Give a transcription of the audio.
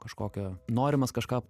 kažkokio norimas kažką